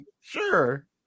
Sure